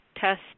test